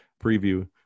preview